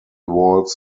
walls